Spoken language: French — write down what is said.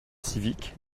civique